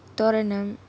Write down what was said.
தோரணம்:thoranam